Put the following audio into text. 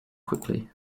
quickly